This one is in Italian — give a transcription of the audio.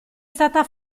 stata